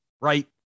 right